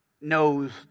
knows